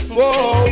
Whoa